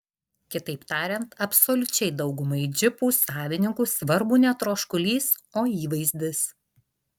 kitaip tariant absoliučiai daugumai džipų savininkų svarbu ne troškulys o įvaizdis